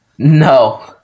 No